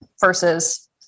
versus